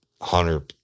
Hunter